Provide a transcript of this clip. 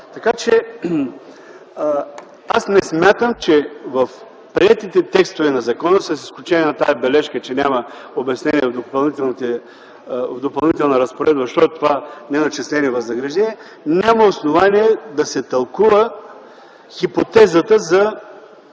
труд. Аз не смятам, че в приетите текстове на закона, с изключение на тази бележка, че няма обяснение в Допълнителна разпоредба що е „неначислени възнаграждения”, няма основание да се тълкува хипотезата за